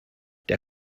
der